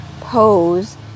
pose